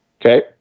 okay